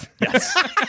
Yes